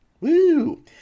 Woo